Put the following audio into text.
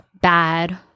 bad